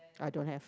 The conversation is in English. I don't have